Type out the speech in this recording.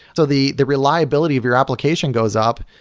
so the the reliability of your application goes up,